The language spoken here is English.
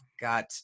got